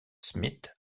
smith